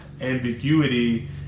ambiguity